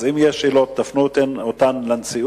אז אם יש שאלות, תפנו אותן לנשיאות